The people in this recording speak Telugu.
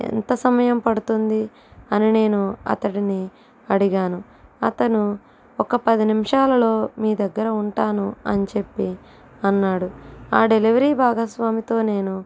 ఎంత సమయం పడుతుంది అని నేను అతడిని అడిగాను అతను ఒక పది నిమిషాలలో మీ దగ్గర ఉంటాను అని చెప్పి అన్నాడు ఆ డెలివరీ భాగస్వామితో నేను